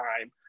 time